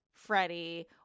freddie